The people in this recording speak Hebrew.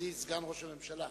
מכובדי סגן ראש הממשלה.